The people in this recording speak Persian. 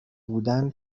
بودن